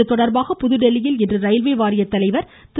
இதுதொடர்பாக புதுதில்லியில் இன்று ரயில்வே வாரிய தலைவர் திரு